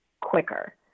quicker